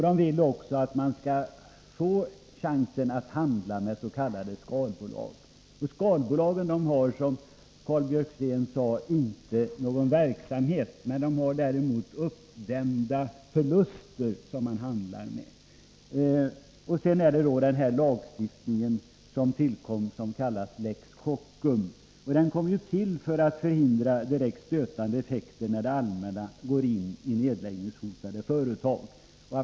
De vill också att man skall få chansen att handla med s.k. skalbolag. Skalbolagen har, som Karl Björzén sade, inte någon verksamhet men de har däremot uppdämda förluster, som man handlar med. Sedan gäller det då den lagstiftning som kallas lex Kockum. Den kom ju till för att förhindra direkt stötande effekter när det allmänna går in i nedläggningshotade företag.